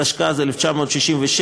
התשכ"ז 1967,